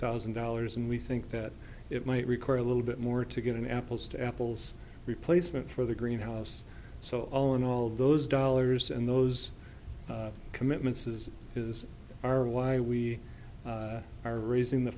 thousand dollars and we think that it might require a little bit more to get an apples to apples replacement for the greenhouse so all in all those dollars and those commitments as is are why we are raising the